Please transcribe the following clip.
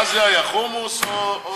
מה זה היה, חומוס או חלבית?